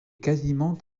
quasiment